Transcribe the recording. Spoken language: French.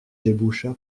déboucha